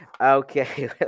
Okay